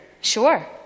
Sure